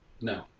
No